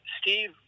Steve